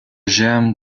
germe